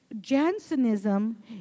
Jansenism